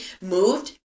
moved